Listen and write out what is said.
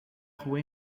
rua